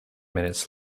minutes